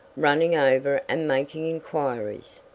running over and making inquiries.